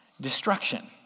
destruction